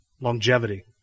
Longevity